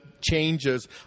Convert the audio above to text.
changes